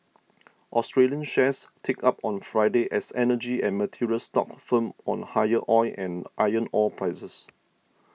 Australian shares ticked up on Friday as energy and materials stocks firmed on higher oil and iron ore prices